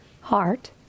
heart